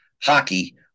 hockey